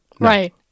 Right